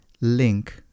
link